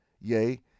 Yea